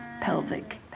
pelvic